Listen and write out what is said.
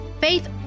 faith